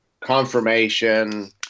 confirmation